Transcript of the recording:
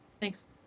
Thanks